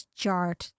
chart